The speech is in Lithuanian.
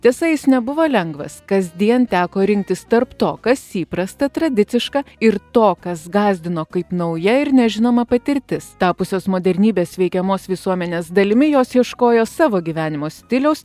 tiesa jis nebuvo lengvas kasdien teko rinktis tarp to kas įprasta tradiciška ir to kas gąsdino kaip nauja ir nežinoma patirtis tapusios modernybės veikiamos visuomenės dalimi jos ieškojo savo gyvenimo stiliaus